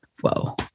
whoa